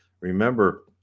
Remember